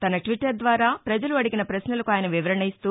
తన ట్వీట్లర్ ద్వారా ప్రజలు అడిగిన ప్రశ్నలకు ఆయన వివరణ ఇస్తూ